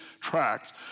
tracks